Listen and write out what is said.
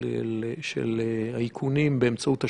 של האיכונים באמצעות השב"כ,